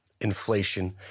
inflation